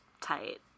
tight